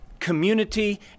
community